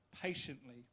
patiently